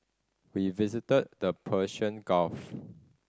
we visited the Persian Gulf